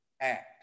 act